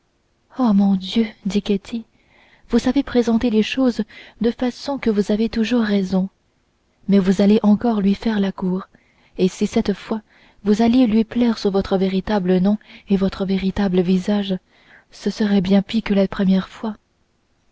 oh mon dieu dit ketty vous savez présenter les choses de façon que vous avez toujours raison mais vous allez encore lui faire la cour et si cette fois vous alliez lui plaire sous votre véritable nom et votre vrai visage ce serait bien pis que la première fois